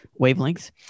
wavelengths